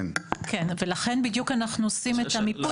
כן, ולכן בדיוק אנחנו עושים את המיפוי.